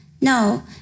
No